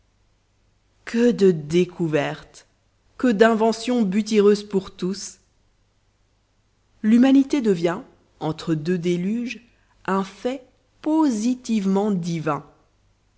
que de découvertes que d'inventions butyreuses pour tous l'humanité devient entre deux déluges un fait positivement divin